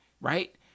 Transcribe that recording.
Right